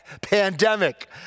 pandemic